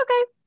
okay